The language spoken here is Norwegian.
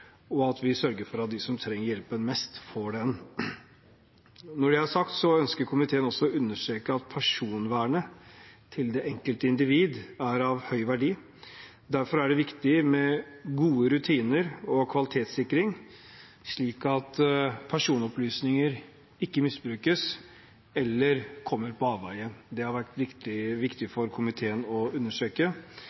og at vi sørger for at de som trenger hjelpen mest, får den. Når det er sagt, så ønsker komiteen også å understreke at personvernet til det enkelte individ er av høy verdi. Derfor er det viktig med gode rutiner og kvalitetssikring, slik at personopplysninger ikke misbrukes eller kommer på avveier. Det har det vært viktig for komiteen å